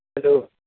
hello